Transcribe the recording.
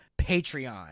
Patreon